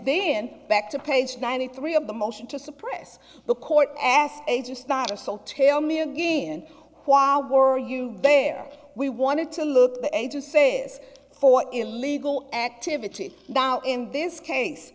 then back to page ninety three of the motion to suppress the court as a just not a so tell me again why were you there we wanted to look at the edge and say yes for illegal activity now in this case